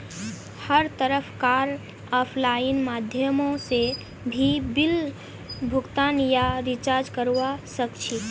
हर तरह कार आफलाइन माध्यमों से भी बिल भुगतान या रीचार्ज करवा सक्छी